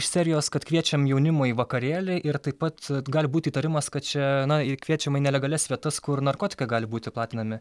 iš serijos kad kviečiam jaunimui vakarėlį ir taip pat gali būti įtarimas kad čia na i kviečiama į nelegalias vietas kur narkotikai gali būti platinami